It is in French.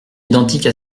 identique